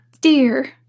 dear